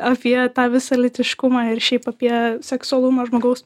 apie tą visą lytiškumą ir šiaip apie seksualumą žmogaus